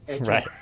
right